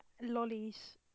lollies